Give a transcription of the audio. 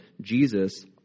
Jesus